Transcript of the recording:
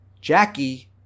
Jackie